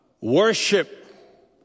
worship